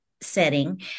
setting